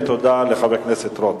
ותודה לחבר הכנסת רותם.